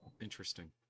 interesting